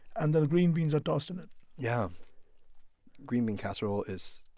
and the green beans are tossed in it yeah green bean casserole is